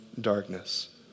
darkness